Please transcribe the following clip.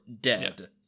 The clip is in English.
dead